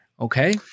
okay